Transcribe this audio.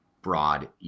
broad